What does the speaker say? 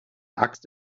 axt